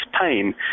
pain